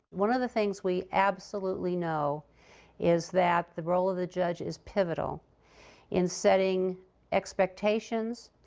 one of the things we absolutely know is that the role of the judge is pivotal in setting expectations,